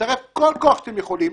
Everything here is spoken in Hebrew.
לצרף כל כוח שאתם יכולים.